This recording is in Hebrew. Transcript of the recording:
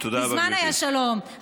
מזמן היה שלום,